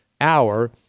hour